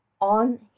on